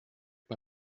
bei